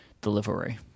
delivery